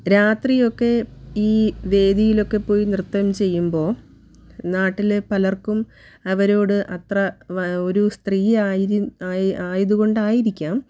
രാത്രിയൊക്കെ ഈ വേദിയിലൊക്കെ പോയി നൃത്തം ചെയ്യുമ്പോൾ നാട്ടിലെ പലർക്കും അവരോട് അത്ര വാ ഒരു സ്ത്രീ ആയി ആയതുകൊണ്ടായിരിക്കാം